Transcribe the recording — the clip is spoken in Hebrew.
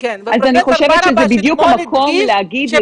פרופ' ברבש אתמול הדגיש,